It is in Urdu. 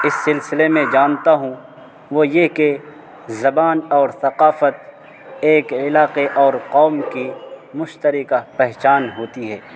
اس سلسلے میں جانتا ہوں وہ یہ کہ زبان اور ثقافت ایک علاقے اور قوم کی مشترکہ پہچان ہوتی ہے